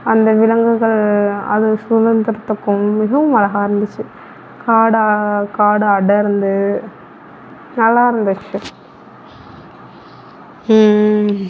அந்த விலங்குகள் அது சுதந்திரத்துக்கும் மிகவும் அழகா இருந்துச்சு காடாக காடு அடர்ந்து நல்லா இருந்துச்சு